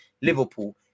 Liverpool